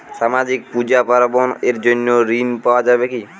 সামাজিক পূজা পার্বণ এর জন্য ঋণ পাওয়া যাবে কি?